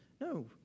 no